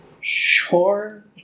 sure